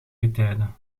getijden